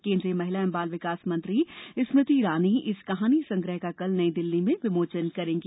केन्द्रीय महिला और बाल विकास मंत्री स्मृति ईरानी इस कहानी संग्रह का कल नई दिल्ली में विमोचन करेंगी